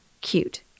Cute